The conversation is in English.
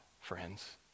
friends